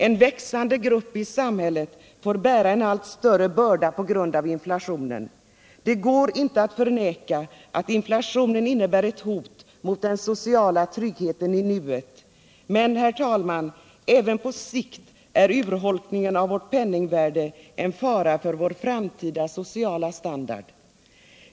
En växande grupp i samhället får bära en allt större börda på grund av inflationen. Det går inte att förneka att inflationen innebär ett hot mot den sociala tryggheten i nuet. Men, herr talman, även på sikt är urholkningen av vårt penningvärde en fara för vår framtida sociala standard.